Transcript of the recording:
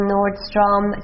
Nordstrom